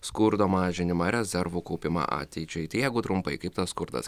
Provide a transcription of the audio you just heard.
skurdo mažinimą rezervų kaupimą ateičiai tai jeigu trumpai kaip tas skurdas